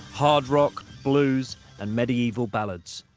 hard rock, blues and medieval ballads.